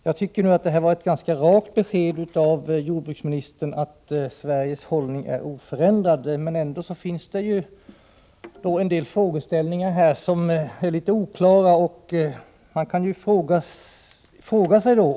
Jag tycker att det var ett ganska rakt besked av jordbruksministern, att Sveriges hållning är oförändrad, men ändå finns det en del frågeställningar som är litet oklara.